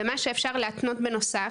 ומה שאפשר להקנות בנוסף,